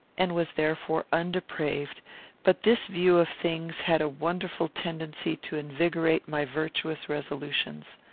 and was therefore undepraved but this view of things had a wonderful tendency to invigorate my virtuous resolutions.